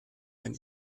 ein